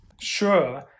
Sure